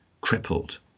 crippled